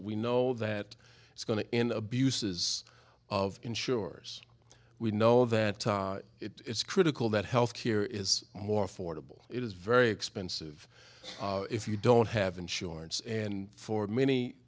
we know that it's going to in abuses of insurers we know that it's critical that health care is more affordable it is very expensive if you don't have insurance and for many